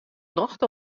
nocht